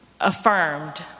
affirmed